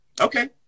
Okay